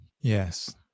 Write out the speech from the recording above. yes